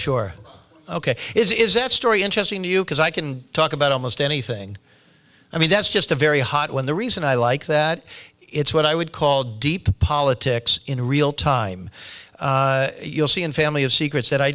sure ok is that story interesting to you because i can talk about almost anything i mean that's just a very hot when the reason i like that it's what i would call deep politics in a real time you'll see in family of secrets that i